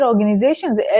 organizations